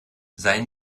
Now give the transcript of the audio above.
seien